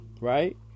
right